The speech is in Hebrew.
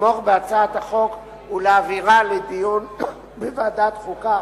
לתמוך בהצעת החוק ולהעבירה לדיון בוועדת החוקה,